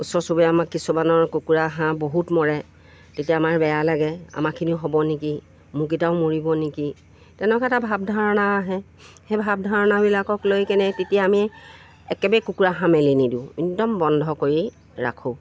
ওচৰ চুবুৰীয়া আমাক কিছুমানৰ কুকুৰা হাঁহ বহুত মৰে তেতিয়া আমাৰ বেয়া লাগে আমাৰখিনি হ'ব নেকি মোৰকেইটাও মৰিব নেকি তেনেকুৱা এটা ভাৱ ধাৰণা আহে সেই ভাৱ ধাৰণাবিলাকক লৈ কেনে তেতিয়া আমি একেবাৰে কুকুৰা হাঁহ মেলি নিদিওঁ একদম বন্ধ কৰি ৰাখোঁ